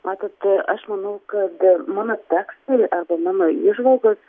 matote aš manau kad mano tekstai arba mano įžvalgos